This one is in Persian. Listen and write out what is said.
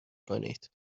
کنید